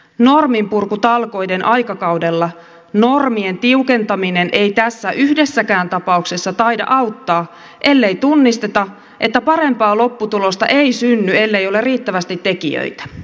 norminpurkutalkoiden aikakaudella normien tiukentaminen ei tässä yhdessäkään tapauksessa taida auttaa ellei tunnisteta että parempaa lopputulosta ei synny ellei ole riittävästi tekijöitä